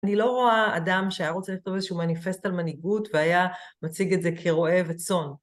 אני לא רואה אדם שהיה רוצה לכתוב איזשהו מניפסט על מנהיגות והיה מציג את זה כרועה וצאן.